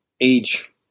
age